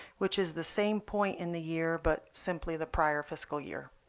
which is the same point in the year, but simply the prior fiscal year.